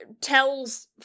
tells